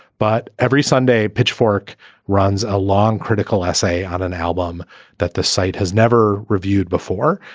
but every sunday, pitchfork runs along critical essay on an album that the site has never reviewed before,